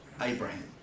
Abraham